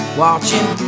watching